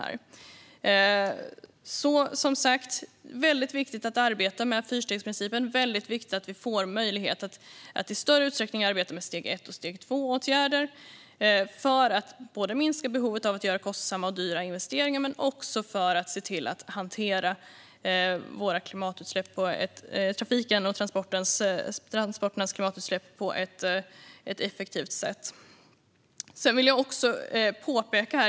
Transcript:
Som sagt: Det är väldigt viktigt att arbeta med fyrstegsprincipen och att vi får möjlighet att i större utsträckning arbeta med steg 1 och steg 2-åtgärder för att minska behovet av kostsamma och dyra investeringar men också för att hantera trafikens och transporternas klimatutsläpp på ett effektivt sätt.